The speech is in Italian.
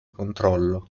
controllo